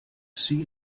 see